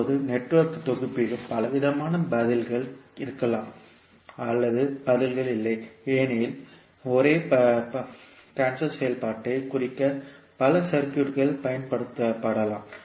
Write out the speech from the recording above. இப்போது நெட்வொர்க் தொகுப்பில் பலவிதமான பதில்கள் இருக்கலாம் அல்லது பதில்கள் இல்லை ஏனெனில் ஒரே பரிமாற்ற செயல்பாட்டைக் குறிக்க பல சர்க்யூட்கள் பயன்படுத்தப்படலாம்